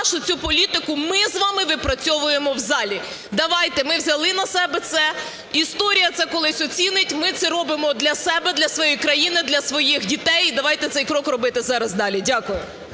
що цю політику ми з вами випрацьовуємо в залі. Давайте, ми взяли на себе це, історія це колись оцінить, ми це робимо для себе, для своєї країни, для своїх дітей і давайте цей крок робити зараз далі. Дякую.